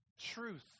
truth